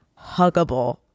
huggable